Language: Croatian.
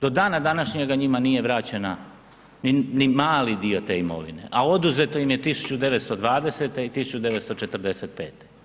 Do dana današnjega njima nije vraćena ni mali dio te imovine, a oduzeto im je 1920. i 1945.